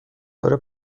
داره